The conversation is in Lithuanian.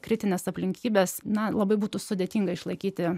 kritines aplinkybes na labai būtų sudėtinga išlaikyti